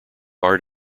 art